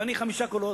ואני חמישה קולות,